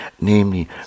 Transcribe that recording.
namely